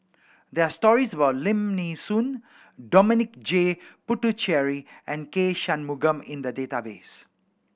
there are stories about Lim Nee Soon Dominic J Puthucheary and K Shanmugam in the database